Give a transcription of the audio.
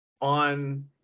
on